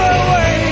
away